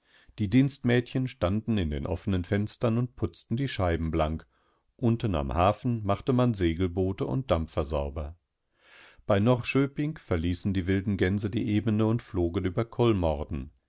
die dienstmädchen standen in den offenen fenstern und putzten die scheiben blank unten am hafen machte man segelboote und dampfersauber bei norköping verließen die wilden gänse die ebene und flogen über